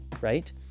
right